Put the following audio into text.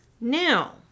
Now